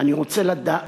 אני רוצה לדעת,